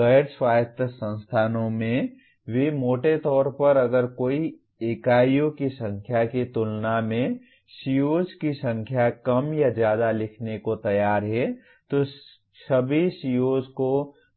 गैर स्वायत्त संस्थानों में भी मोटे तौर पर अगर कोई इकाइयों की संख्या की तुलना में COs की संख्या कम या ज्यादा लिखने को तैयार है तो सभी CO को